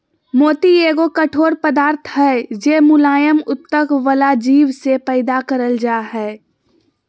मोती एगो कठोर पदार्थ हय जे मुलायम उत्तक वला जीव से पैदा करल जा हय